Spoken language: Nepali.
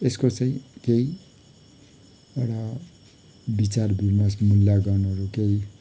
यसको चाहिँ केही एउटा विचार विमर्श मुल्याङ्कनहरू केही